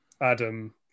Adam